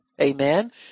amen